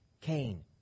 Cain